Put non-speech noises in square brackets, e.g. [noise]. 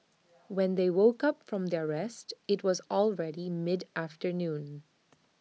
[noise] when they woke up from their rest IT was already mid afternoon